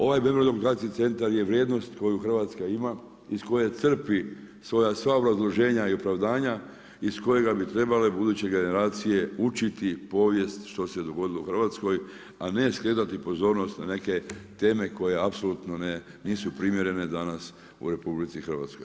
Ovaj … centar je vrijednost koju Hrvatska ima, iz koje crpi svoja sva obrazloženja i opravdanja i iz kojega bi trebale buduće generacije učiti povijest, što se dogodilo u Hrvatskoj, a ne skretati pozornost, na neke teme koje apsolutno nisu primjerene danas u RH.